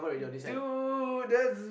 dude that's